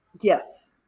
yes